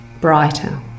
brighter